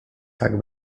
tak